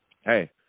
hey